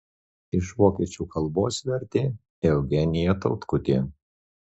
iš vokiečių kalbos vertė eugenija tautkutė